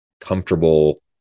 comfortable